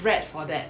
bred for that